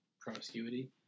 promiscuity